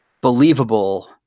believable